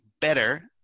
better